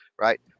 right